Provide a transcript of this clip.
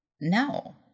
no